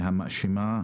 מהמאשימה,